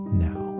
now